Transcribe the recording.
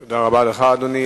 תודה, אדוני.